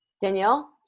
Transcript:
Danielle